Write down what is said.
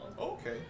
Okay